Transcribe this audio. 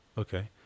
Okay